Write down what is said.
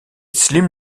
slim